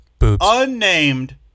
unnamed